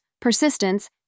persistence